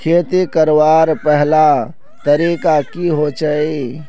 खेती करवार पहला तरीका की होचए?